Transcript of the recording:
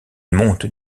montent